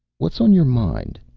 what's on your mind?